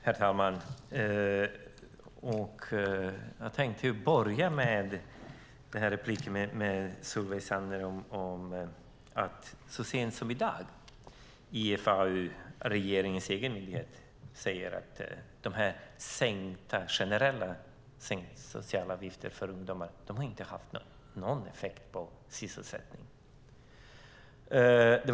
Herr talman! Så sent som i dag uttalade IFAU, regeringens egen myndighet, att de generella sänkningarna av sociala avgifter för ungdomar inte har haft någon effekt på sysselsättningen.